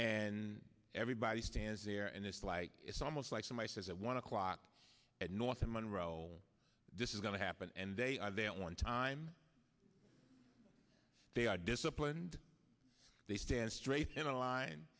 and everybody stands there and it's like it's almost like somebody says at one o'clock at northam monro this is going to happen and they are they don't want time they are disciplined they stand straight in